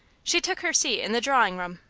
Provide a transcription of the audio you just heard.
she took her seat in the drawing-room,